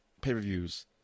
pay-per-views